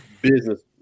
business